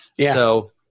So-